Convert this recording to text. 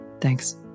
thanks